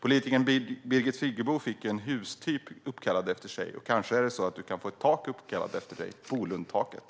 Politikern Birgit Friggebo fick en hustyp uppkallad efter sig. Kanske kan du få ett tak uppkallat efter dig - Bolundtaket?